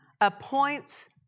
appoints